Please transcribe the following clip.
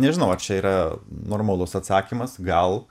nežinau ar čia yra normalus atsakymas gal